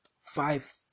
five